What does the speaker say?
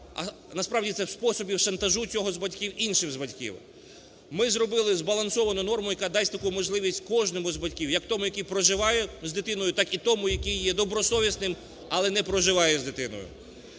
а насправді це способів шантажу цього з батьків, інших з батьків. Ми зробили збалансовану норму, яка дасть таку можливість кожному з батьків, як тому, який проживає з дитиною, так і тому, який є добросовісним, але не проживає з дитиною.